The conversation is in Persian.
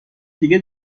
دیگه